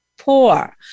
poor